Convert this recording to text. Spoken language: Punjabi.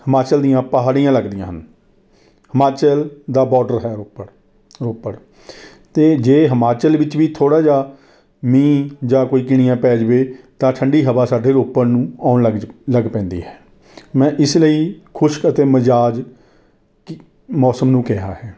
ਹਿਮਾਚਲ ਦੀਆਂ ਪਹਾੜੀਆਂ ਲੱਗਦੀਆਂ ਹਨ ਹਿਮਾਚਲ ਦਾ ਬੌਡਰ ਹੈ ਰੋਪੜ ਰੋਪੜ 'ਤੇ ਜੇ ਹਿਮਾਚਲ ਵਿੱਚ ਵੀ ਥੋੜ੍ਹਾ ਜਿਹਾ ਮੀਂਹ ਜਾਂ ਕੋਈ ਕਿਣੀਆਂ ਪੈਂ ਜਾਵੇ ਤਾਂ ਠੰਡੀ ਹਵਾ ਸਾਡੇ ਰੋਪੜ ਨੂੰ ਆਉਣ ਲੱਗ ਜ ਲੱਗ ਪੈਂਦੀ ਹੈ ਮੈਂ ਇਸ ਲਈ ਖੁਸ਼ਕ ਅਤੇ ਮਿਜ਼ਾਜ਼ ਕਿ ਮੌਸਮ ਨੂੰ ਕਿਹਾ ਹੈ